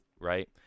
right